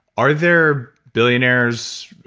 are there billionaires,